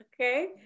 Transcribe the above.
Okay